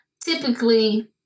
typically